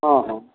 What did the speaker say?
हँ हँ